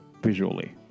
Visually